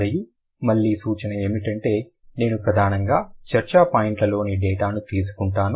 మరియు మళ్ళీ సూచన ఏమిటంటే నేను ప్రధానంగా చర్చా పాయింట్లలోని డేటాను తీసుకుంటాను